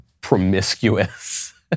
promiscuous